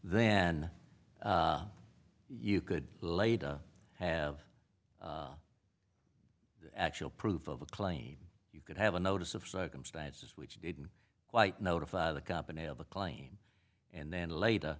then you could later have actual proof of a claim you could have a notice of circumstances which didn't quite notify the company of a claim and then later